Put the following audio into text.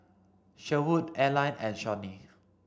Sherwood Arline and Shawnee